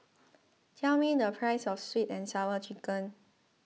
tell me the price of Sweet and Sour Chicken